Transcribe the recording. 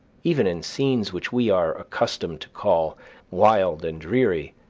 even in scenes which we are accustomed to call wild and dreary,